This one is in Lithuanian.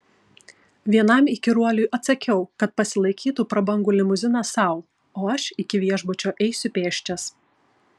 vienam įkyruoliui atsakiau kad pasilaikytų prabangų limuziną sau o aš iki viešbučio eisiu pėsčias